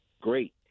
Great